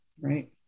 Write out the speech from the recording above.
Right